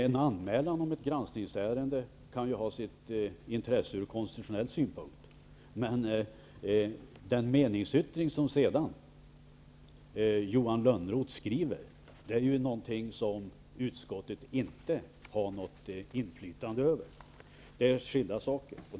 En anmälan om ett granskningsärende kan ju ha sitt intresse från konstitutionell synpunkt, men den meningsyttring som Johan Lönnroth skriver har ju inte utskottet något inflytande över. Det är skilda saker.